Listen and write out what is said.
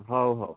हो हो